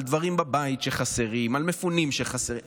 על דברים בבית שחסרים, על מפונים שחסר להם,